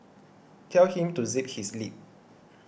tell him to zip his lip